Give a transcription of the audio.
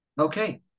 Okay